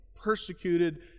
persecuted